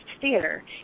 Theater